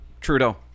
Trudeau